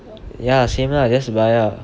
ya same lah just buy ah